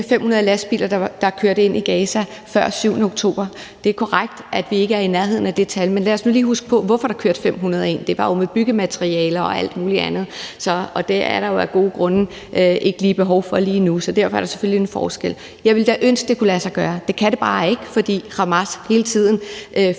500 lastbiler, der kørte ind i Gaza før den 7. oktober. Det er korrekt, at vi ikke er i nærheden af det tal, men lad os nu lige huske på, hvorfor der kørte 500 ind. Det var jo med byggemateriale og alt muligt andet, og det er der jo af gode grunde ikke lige behov for lige nu, så derfor er der selvfølgelig en forskel. Jeg ville da ønske, det kunne lade sig gøre. Det kan det bare ikke, fordi Hamas hele tiden